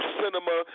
cinema